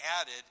added